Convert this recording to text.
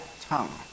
tongue